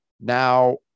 now